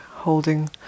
holding